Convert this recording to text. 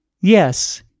Yes